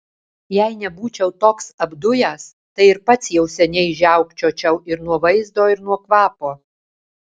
jei nebūčiau toks apdujęs tai ir pats jau seniai žiaukčiočiau ir nuo vaizdo ir nuo kvapo